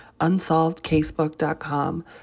UnsolvedCasebook.com